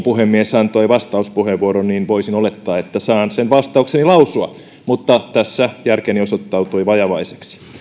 puhemies antoi vastauspuheenvuoron niin voisin olettaa että saan sen vastaukseni lausua mutta tässä järkeni osoittautui vajavaiseksi